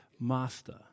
master